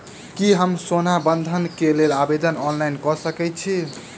की हम सोना बंधन कऽ लेल आवेदन ऑनलाइन कऽ सकै छी?